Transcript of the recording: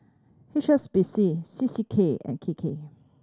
H S B C C C K and K K